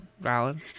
Valid